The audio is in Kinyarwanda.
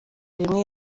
imwe